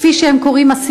כפי שהם קוראים להם,